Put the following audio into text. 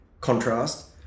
contrast